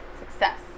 Success